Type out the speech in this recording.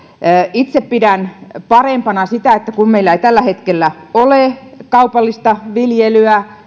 itse pidän parempana sitä että kun meillä ei tällä hetkellä ole kaupallista viljelyä